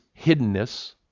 hiddenness